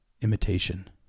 imitation